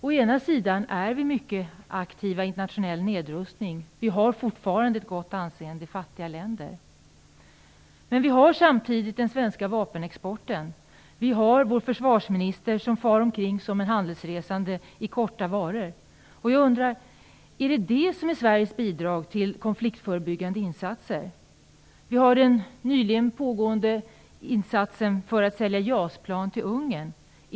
Å ena sidan är vi mycket aktiva i internationell nedrustning och har fortfarande ett gott anseende i fattiga länder, men vi har å andra sidan den svenska vapenexporten, vi har en försvarsminister som far omkring som en handelsresande i korta varor. Jag undrar: Är det detta som är Svriges bidrag till konfliktförebyggande insatser? Nu försöker vi sälja JAS-plan till Ungern.